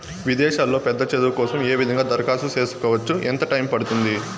విదేశాల్లో పెద్ద చదువు కోసం ఏ విధంగా దరఖాస్తు సేసుకోవచ్చు? ఎంత టైము పడుతుంది?